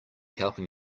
helping